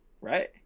right